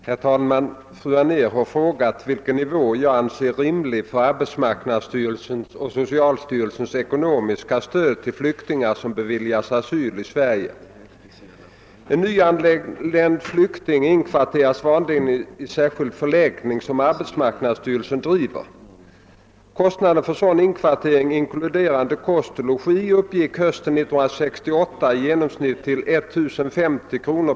Herr talman! Fru Anér har frågat vilken nivå jag anser rimlig för arbetsmarknadsstyrelsens och socialstyrelsens ekonomiska stöd till flyktingar som beviljats asyl i Sverige. En nyanländ flykting inkvarteras vanligen i särskild förläggning, som arbetsmarknadsstyrelsen driver. Kostnaden för sådan inkvartering inkluderande kost och logi uppgick hösten 1968 i genomsnitt till 1050 kr.